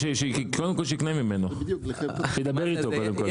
קודם כל שיקנה ממנו, שידבר איתו קודם כל.